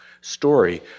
story